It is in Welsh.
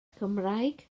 cymraeg